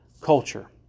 culture